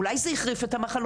אולי זה החריף את המחלות.